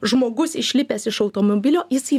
žmogus išlipęs iš automobilio jisai